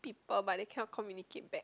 people but they cannot communicate back